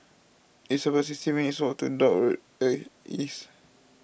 it's about sixty minutes' walk to Dock Road East